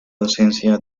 docencia